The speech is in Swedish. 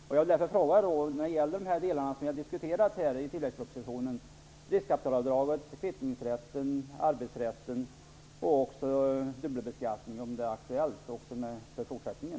Jag vill därför fråga om de delar av tilläggspropositionen som vi har diskuterat, dvs. riskkapitalavdraget, kvittningsrätten, arbetsrätten och dubbelbeskattningen är aktuella också för fortsättningen.